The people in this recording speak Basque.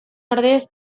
ordez